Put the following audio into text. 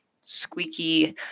squeaky